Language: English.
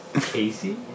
Casey